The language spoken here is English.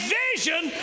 vision